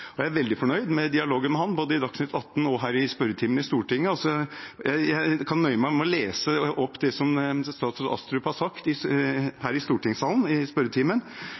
Jeg er veldig fornøyd med dialogen med ham, både i Dagsnytt atten og her i spørretimen i Stortinget. Jeg kan nøye meg med å lese opp det som statsråd Astrup har sagt her i stortingssalen i spørretimen.